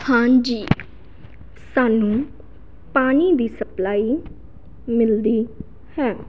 ਹਾਂਜੀ ਸਾਨੂੰ ਪਾਣੀ ਦੀ ਸਪਲਾਈ ਮਿਲਦੀ ਹੈ